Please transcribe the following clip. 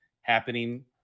happening